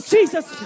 Jesus